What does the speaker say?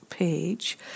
page